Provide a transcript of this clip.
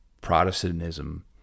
Protestantism